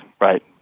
right